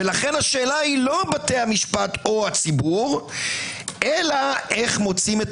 לכן השאלה אינה בתי המשפט או הציבור אלא איך מוצאים את